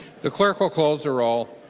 the clerk will close the roll.